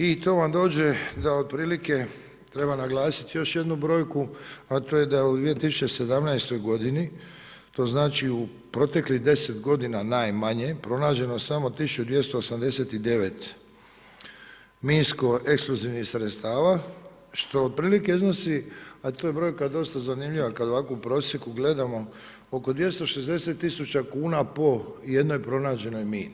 I to vam dođe da otprilike treba naglasiti još jednu brojku a to je da je u 2017. g. to znači u proteklih 10 g. najmanje pronađeno samo 1289 minsko-eksplozivnih sredstava što otprilike iznosi a to je broja dosta zanimljiva kad ovako u prosjeku gledamo, oko 264 000 kuna po jednoj pronađenoj mini.